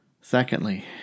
Secondly